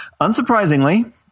Unsurprisingly